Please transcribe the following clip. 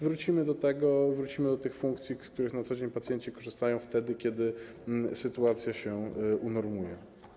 Wrócimy do tego, wrócimy do tych funkcji, z których na co dzień pacjenci korzystają, wtedy kiedy sytuacja się unormuje.